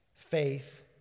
Faith